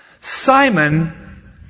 Simon